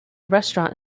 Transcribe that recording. restaurant